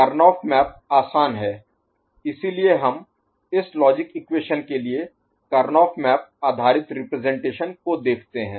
Karnaugh map आसान है इसलिए हम इस लॉजिक इक्वेशन के लिए करनौह मैप आधारित रिप्रजेंटेशन को देखते हैं